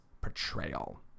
portrayal